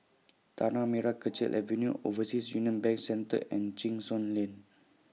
Tanah Merah Kechil Avenue Overseas Union Bank Centre and Cheng Soon Lane